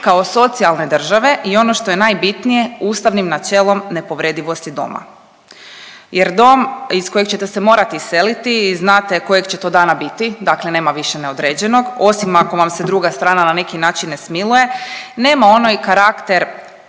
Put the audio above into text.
kao socijalne države i ono što je najbitnije, ustavnim načelom nepovredivosti doma. Jer dom iz kojeg ćete se morati iseliti i znate kojeg će to dana biti, dakle nema više neodređenog, osim ako vam se druga strana na neki način ne smiluje, nema onaj karakter